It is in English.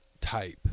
type